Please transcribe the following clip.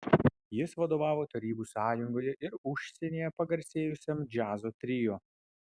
jis vadovavo tarybų sąjungoje ir užsienyje pagarsėjusiam džiazo trio